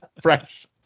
Fresh